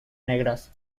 negras